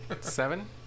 seven